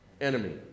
Enemy